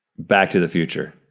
back to the future.